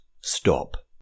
stop